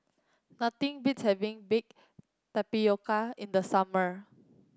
nothing beats having Baked Tapioca in the summer